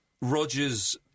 Rodgers